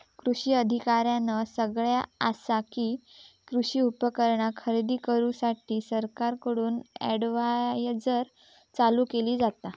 कृषी अधिकाऱ्यानं सगळ्यां आसा कि, कृषी उपकरणा खरेदी करूसाठी सरकारकडून अडव्हायजरी चालू केली जाता